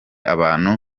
abantu